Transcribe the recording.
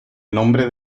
nombre